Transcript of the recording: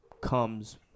comes